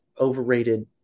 overrated